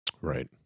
right